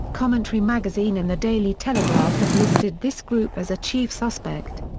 commentary magazine and the daily telegraph have listed this group as a chief suspect.